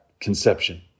conception